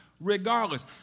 regardless